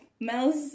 mel's